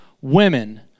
women